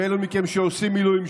ואלו מכם שעושים מילואים,